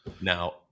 Now